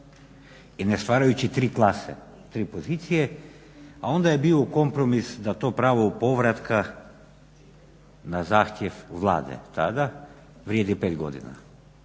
i ne stvarajući tri klase, tri pozicije, a onda je bio kompromis to pravo povratka na zahtjev Vlade tada vrijedi pet godina.